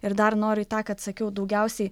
ir dar noriu tą kad sakiau daugiausiai